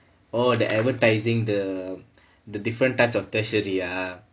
oh the advertising the the different types of tertiary ah